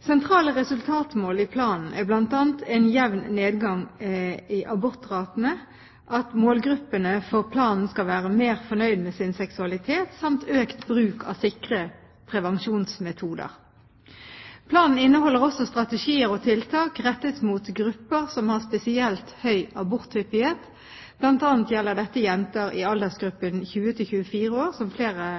Sentrale resultatmål i planen er bl.a. en jevn nedgang i abortratene, at målgruppene for planen skal være mer fornøyd med sin seksualitet samt økt bruk av sikre prevensjonsmetoder. Planen inneholder også strategier og tiltak rettet mot grupper som har spesielt høy aborthyppighet, bl.a. gjelder dette jenter i aldersgruppen 20–24 år, som flere